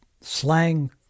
slang